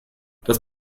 das